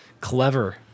clever